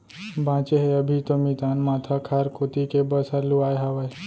बांचे हे अभी तो मितान माथा खार कोती के बस हर लुवाय हावय